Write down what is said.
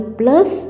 plus